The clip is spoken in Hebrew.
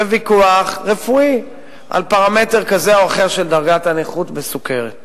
זה ויכוח רפואי על פרמטר כזה או אחר של דרגת הנכות בסוכרת.